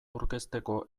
aurkezteko